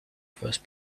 first